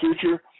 future